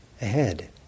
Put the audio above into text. ahead